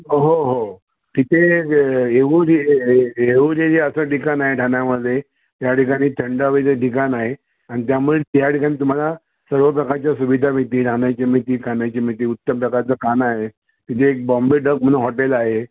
हो हो तिथे येऊर जे येऊर जे असं ठिकाण आहे ठाण्यामध्ये त्या ठिकाणी थंड हवेचं ठिकाण आहे आणि त्यामुळे त्या ठिकाणी तुम्हाला सर्व प्रकारच्या सुविधा मिळतील राहण्याची मिळतील खाण्याची मिळतील उत्तम प्रकारचं खाणं आहे तिथे एक बॉम्बे डक म्हणून हॉटेल आहे